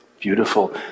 Beautiful